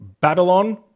Babylon